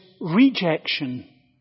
rejection